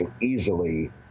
easily